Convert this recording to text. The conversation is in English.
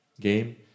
game